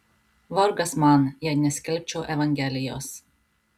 vargas man jei neskelbčiau evangelijos